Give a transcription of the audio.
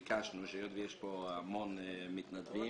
ביקשנו שהיות שיש כאן הרבה מתנדבים,